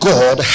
God